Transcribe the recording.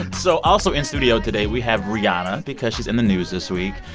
so, also in studio today, we have rihanna because she's in the news this week.